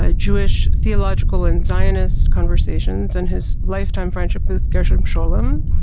ah jewish theological and zionist conversations, and his lifetime friendship with gershom scholem.